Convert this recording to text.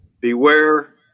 beware